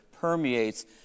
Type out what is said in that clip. permeates